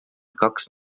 kaks